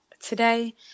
today